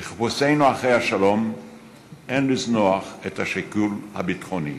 בחיפושינו אחרי השלום אין לזנוח את השיקול הביטחוני,